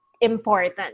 important